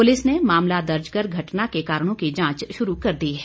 police ने मामला दर्ज कर घटना के कारणों की जांच शुरू कर दी है